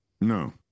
no